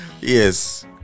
Yes